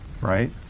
right